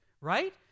right